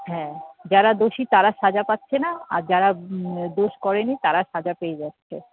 হ্যাঁ যারা দোষী তারা সাজা পাচ্ছে না আর যারা দোষ করেনি তারা সাজা পেয়ে যাচ্ছে